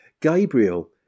Gabriel